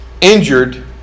injured